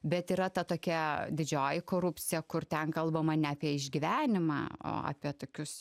bet yra ta tokia didžioji korupcija kur ten kalbama ne apie išgyvenimą o apie tokius